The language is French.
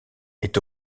est